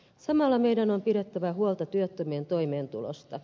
samalla meidän on pidettävä huolta työttömien toimeentulosta